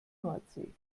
nordsee